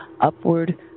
upward